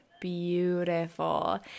beautiful